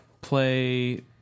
play